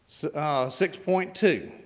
six point two.